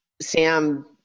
Sam